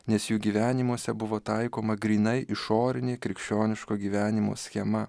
nes jų gyvenimuose buvo taikoma grynai išorinė krikščioniško gyvenimo schema